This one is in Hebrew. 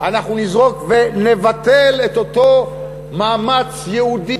אנחנו נזרוק ונבטל את אותו מאמץ ייעודי